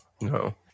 no